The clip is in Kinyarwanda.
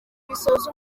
bisoza